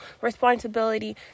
responsibility